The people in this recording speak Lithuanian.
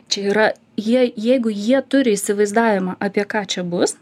čia yra jie jeigu jie turi įsivaizdavimą apie ką čia bus